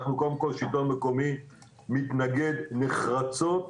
השלטון המקומי מתנגד נחרצות